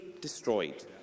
destroyed